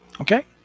Okay